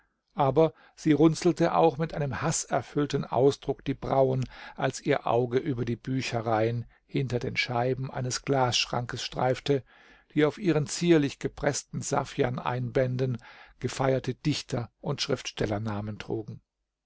aber sie runzelte auch mit einem haßerfüllten ausdruck die brauen als ihr auge über die bücherreihen hinter den scheiben eines glasschrankes streifte die auf ihren zierlich gepreßten saffianeinbänden gefeierte dichter und schriftstellernamen trugen